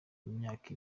imyaka